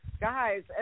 guys